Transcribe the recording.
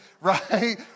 right